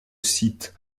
site